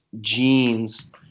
Gene's